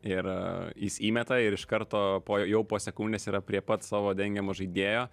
ir jis įmeta ir iš karto po jo jau po sekundės yra prie pat savo dengiamo žaidėjo